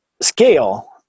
scale